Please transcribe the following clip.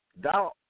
thou